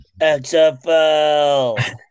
XFL